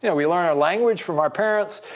yeah we learn our language from our parents.